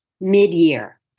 mid-year